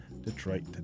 detroit